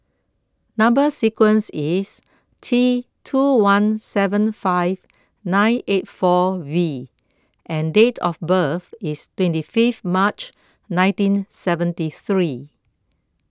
Number Sequence is T two one seven five nine eight four V and date of birth is twenty fifth March nineteen seventy three